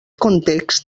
context